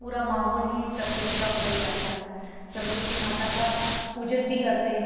पूरा माहौल ही प्रकृति का बदल जाता है सरस्वती माता का पूजन भी करते हैं